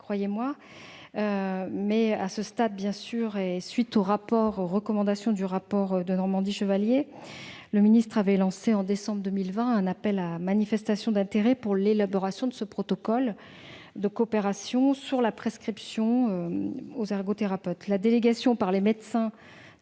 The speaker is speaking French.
charge par la sécurité sociale. À la suite des recommandations du rapport Denormandie-Chevalier, le ministre a lancé, en décembre 2020, un appel à manifestation d'intérêt pour l'élaboration de ce protocole de coopération sur la prescription aux ergothérapeutes. La délégation par les médecins